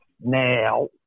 now